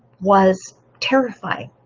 was terrifying